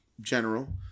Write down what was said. general